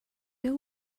deal